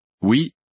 Oui